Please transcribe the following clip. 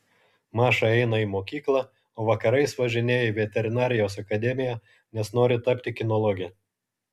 maša eina į mokyklą o vakarais važinėja į veterinarijos akademiją nes nori tapti kinologe